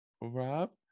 Rob